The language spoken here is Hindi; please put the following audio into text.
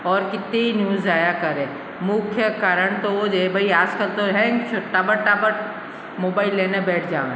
और कितनी न्यूज़ आया करे मुख्य कारण तो वो ये भाई आज कल तो हैंडस ताबर ताबर मोबाइल लेने बैठ जाए